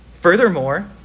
Furthermore